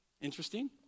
Interesting